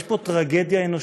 יש פה טרגדיה אנושית.